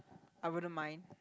I wouldn't mind